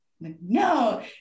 no